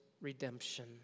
redemption